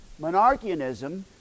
Monarchianism